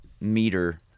meter